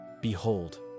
Behold